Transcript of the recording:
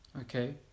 okay